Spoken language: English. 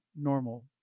normal